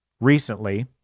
Recently